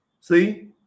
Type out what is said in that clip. See